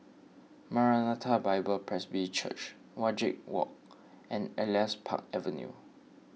Maranatha Bible Presby Church Wajek Walk and Elias Park Avenue